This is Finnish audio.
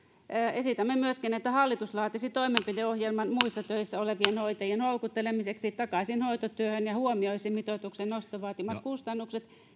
esitämme myöskin että hallitus laatisi toimenpideohjelman muissa töissä olevien hoitajien houkuttelemiseksi takaisin hoitotyöhön ja huomioisi mitoituksen noston vaatimat kustannukset